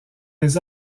les